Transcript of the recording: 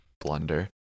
blunder